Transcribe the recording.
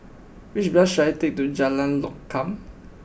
which bus should I take to Jalan Lokam